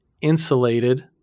insulated